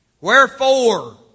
Wherefore